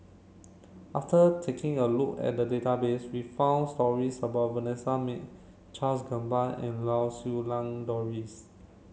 after taking a look at the database we found stories about Vanessa Mae Charles Gamba and Lau Siew Lang Doris